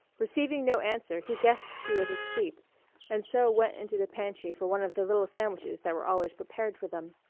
receiving no answer he guessed she was asleep and so went into the pantry for one of the little sandwiches that were always prepared for them.